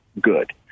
good